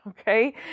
Okay